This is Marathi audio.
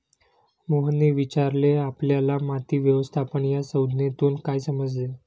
मोहनने विचारले आपल्याला माती व्यवस्थापन या संज्ञेतून काय समजले?